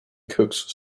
cooks